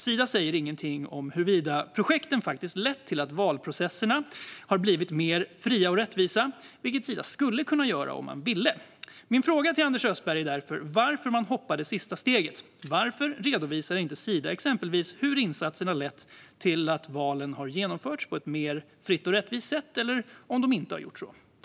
Sida säger ingenting om huruvida projekten faktiskt har lett till att valprocesserna har blivit mer fria och rättvisa, vilket Sida skulle kunna göra om man ville. Min fråga till Anders Österberg är därför varför man hoppar över det sista steget. Varför redovisar inte Sida exempelvis om insatserna har lett till att valen har genomförts på ett mer fritt och rättvist sätt eller om de inte har gjort det?